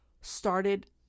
started